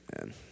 man